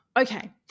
Okay